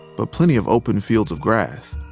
but plenty of open fields of grass.